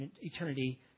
eternity